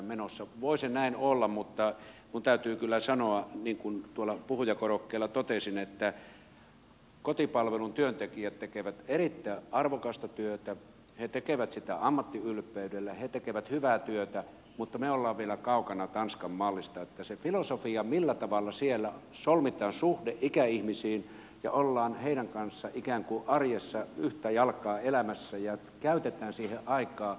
voi se näin olla mutta minun täytyy kyllä sanoa niin kuin tuolla puhujakorokkeella totesin että kotipalvelun työntekijät tekevät erittäin arvokasta työtä he tekevät sitä ammattiylpeydellä he tekevät hyvää työtä mutta me olemme vielä kaukana tanskan mallista siitä filosofiasta millä tavalla siellä solmitaan suhde ikäihmisiin ja ollaan heidän kanssaan ikään kuin arjessa yhtä jalkaa elämässä ja käytetään siihen aikaa